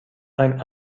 ein